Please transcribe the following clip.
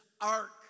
ark